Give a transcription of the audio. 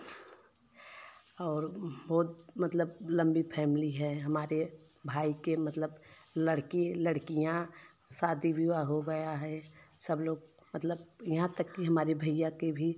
और बहुत मतलब लंबी फैमिली है हमारे भाई के मतलब लड़की लड़कियाँ शादी विवाह हो गया है सबको मतलब यहाँ तक कि हमारे भैया के भी